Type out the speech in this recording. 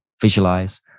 visualize